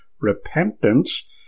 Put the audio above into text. repentance